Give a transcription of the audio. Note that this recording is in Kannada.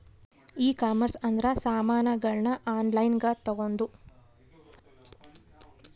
ಈ ಕಾಮರ್ಸ್ ಅಂದ್ರ ಸಾಮಾನಗಳ್ನ ಆನ್ಲೈನ್ ಗ ತಗೊಂದು